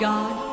God